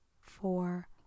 four